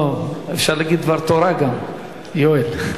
לא, אפשר להגיד דבר תורה גם, יואל.